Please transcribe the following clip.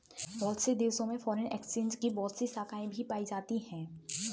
बहुत से देशों में फ़ोरेन एक्सचेंज की बहुत सी शाखायें भी पाई जाती हैं